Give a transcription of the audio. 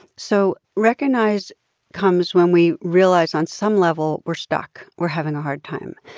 so recognize comes when we realize, on some level, we're stuck. we're having a hard time.